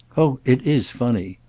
oh it is funny.